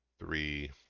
Three